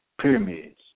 pyramids